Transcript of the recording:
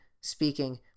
speaking